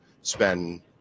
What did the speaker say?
spend